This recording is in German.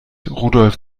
rudolf